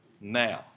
now